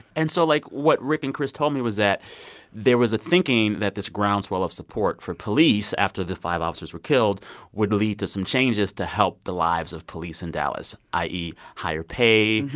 and so like, what rick and chris told me was that there was a thinking that this groundswell of support for police after the five officers were killed would lead to some changes to help the lives of police in dallas i e. higher pay,